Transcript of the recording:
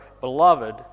beloved